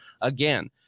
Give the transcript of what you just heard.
Again